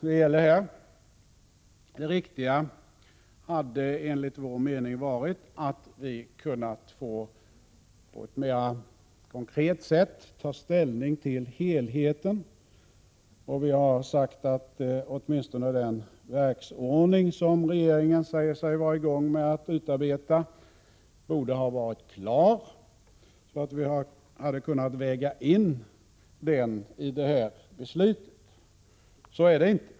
Det riktiga hade enligt vår mening varit att vi mera konkret kunnat få ta ställning till helheten. Vi anser att åtminstone den verksordning som regeringen säger sig vara i färd med att utarbeta borde ha varit klar, så att vi hade kunnat väga in denna i det beslut som skall fattas. Så är det inte.